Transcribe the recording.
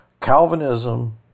Calvinism